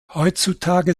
heutzutage